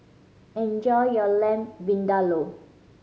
enjoy your Lamb Vindaloo